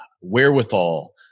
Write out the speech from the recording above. wherewithal